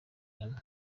hano